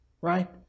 right